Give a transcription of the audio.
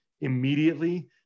immediately